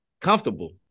comfortable